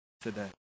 today